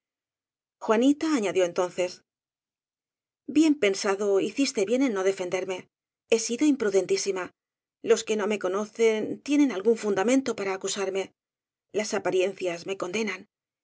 juanita añadió entonces bien pensado hiciste bien en no defenderme he sido imprudentísima los que no me conocen tienen algún fundamento para acusarme las apa riencias me condenan